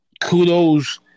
kudos